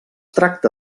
tracta